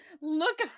look